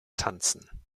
tanzen